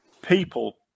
People